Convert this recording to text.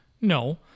No